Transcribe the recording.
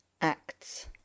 acts